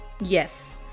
Yes